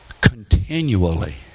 continually